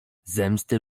zemsty